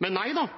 Men nei da,